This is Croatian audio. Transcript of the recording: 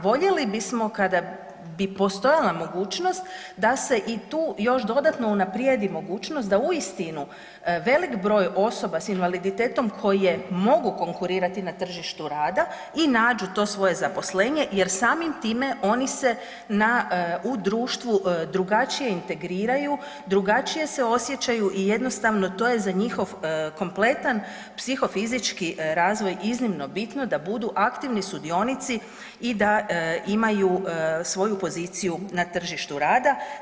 Voljeli bismo kada bi postojala mogućnost da se i tu još dodatno unaprijedi mogućnost da uistinu veliki broj osoba s invaliditetom koje mogu konkurirati na tržištu rada i nađu to svoje zaposlenje jer samim time oni se na, u društvu drugačije integriraju, drugačije se osjećaju i jednostavno to je za njihov kompletan psihofizički razvoj iznimno bitno da budu aktivni sudionici i da imaju svoju poziciju na tržištu rada.